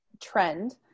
trend